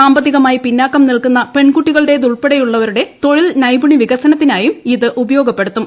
സാമ്പത്തികമായി പിന്നാക്കം നിൽക്കുന്ന പെൺകുട്ടികളുൾപ്പെടെയുള്ളവരുടെ തൊഴിൽ നൈപുണി വികസനത്തിനായും ഇത് ഉപയോഗപ്പെടുത്തും